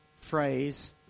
phrase